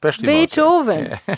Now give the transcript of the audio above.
Beethoven